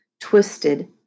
twisted